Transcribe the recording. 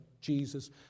Jesus